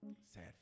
Sad